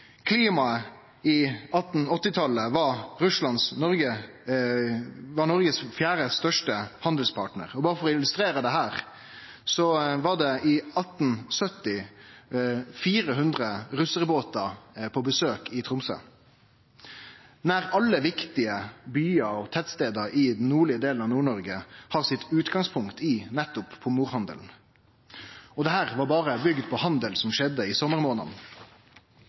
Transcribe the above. var Noreg sin fjerde største handelspartnar. Og for å illustrere dette vidare, var det i 1870 400 russarbåtar på besøk i Tromsø. Nesten alle viktige byar og tettstader i den nordlege delen av Nord-Noreg har sitt utgangspunkt i nettopp pomorhandelen, og dette var berre bygt på handel som skjedde i